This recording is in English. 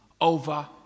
over